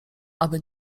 aby